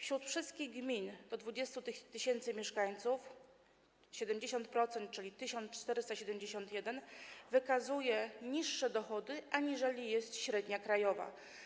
Wśród wszystkich gmin do 20 tys. mieszkańców 70%, czyli 1471, wykazuje niższe dochody, aniżeli wynosi średnia krajowa.